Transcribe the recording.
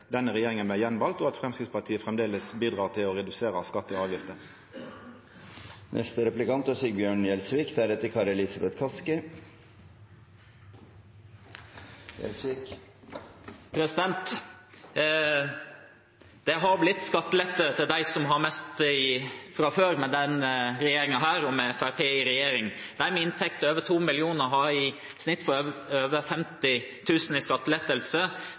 denne regjeringa vart vald igjen, og at Framstegspartiet framleis bidreg til å redusera skattar og avgifter. Det har blitt skattelette til dem som har mest fra før, med denne regjeringen og med Fremskrittspartiet i regjering. De med inntekter over 2 mill. kr har i snitt fått over 50 000 kr i